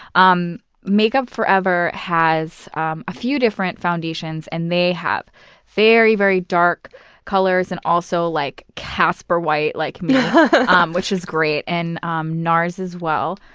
um make up forever has a few different foundations, and they have very, very dark colors and also like casper-white like me um which is great. and um nars as well.